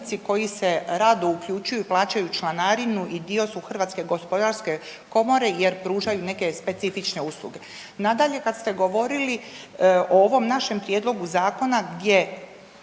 koji se rado uključuju i plaćaju članarinu i dio su Hrvatske gospodarske komore jer pružaju neke specifične usluge. Nadalje kad ste govorili o ovom našem prijedlogu zakona gdje